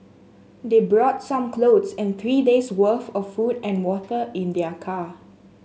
they brought some clothes and three days' worth of food and water in their car